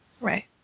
Right